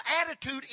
attitude